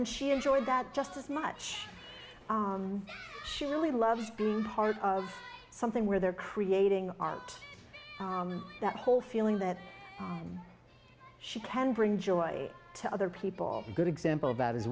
and she enjoyed that just as much she really loves being part of something where they're creating art that whole feeling that she can bring joy to other people good example about as